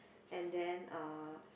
and then uh